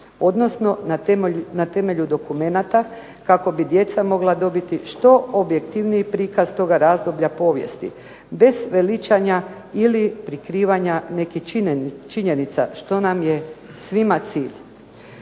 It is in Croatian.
odnosno na temelju dokumenata kako bi djeca mogla dobiti što objektivniji prikaz toga razdoblja povijesti. Bez veličanja ili prikrivanja nekih činjenica što nam je svima cilj.